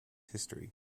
history